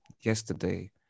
yesterday